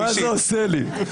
--- אמר מה זה עושה לי.